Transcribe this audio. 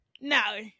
no